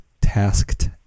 tasked